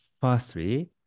Firstly